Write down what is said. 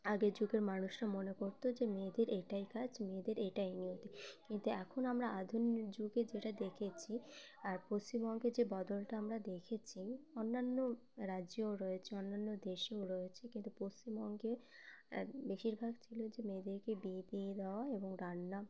আগের যুগের মানুষরা মনে করত যে মেয়েদের এটাই কাজ মেয়েদের এটাই নিয়তি কিন্তু এখন আমরা আধুনিক যুগে যেটা দেখেছি আর পশ্চিমবঙ্গে যে বদলটা আমরা দেখেছি অন্যান্য রাজ্যেও রয়েছে অন্যান্য দেশেও রয়েছে কিন্তু পশ্চিমবঙ্গে বেশিরভাগ ছিল যে মেয়েদেরকে বিয়ে দিয়ে দেওয়া এবং রান্না